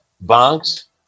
banks